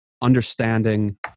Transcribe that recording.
understanding